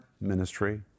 ministry